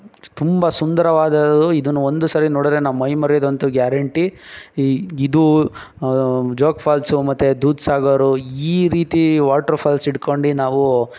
ತುಂಬ ಸುಂದರವಾದದ್ದು ಇದನ್ನ ಒಂದು ಸಾರಿ ನೋಡಿದ್ರೆ ನಾವು ಮೈ ಮರ್ಯೋದು ಅಂತೂ ಗ್ಯಾರೆಂಟಿ ಈ ಇದು ಜೋಗ್ ಫಾಲ್ಸು ಮತ್ತು ದೂದ್ ಸಾಗರ್ ಈ ರೀತಿ ವಾಟ್ರ್ಫಾಲ್ಸ್ ಇಟ್ಕೊಂಡು ನಾವು